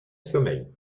sommeil